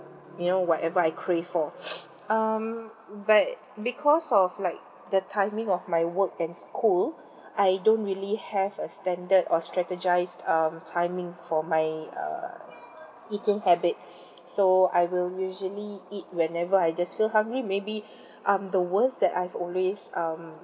you know whatever I crave for um but because of like the timing of my work and school I don't really have a standard or strategised um timing for my err eating habit so I will usually eat whenever I just feel hungry maybe um the worst that I've always um